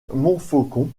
montfaucon